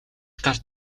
гарч